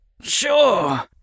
Sure